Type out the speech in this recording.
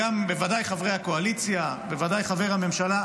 בוודאי חברי הקואליציה, בוודאי חבר הממשלה,